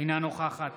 אינה נוכחת